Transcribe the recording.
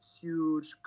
huge